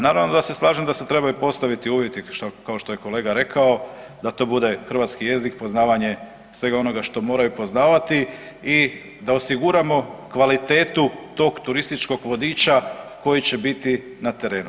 Naravno da se slažem da se trebaju postaviti uvjeti kao što je kolega rekao da to bude hrvatski jezik, poznavanje svega onoga što moraju poznavati i da osiguramo kvalitetu tog turističkog vodiča koji će biti na terenu.